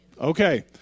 Okay